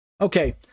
Okay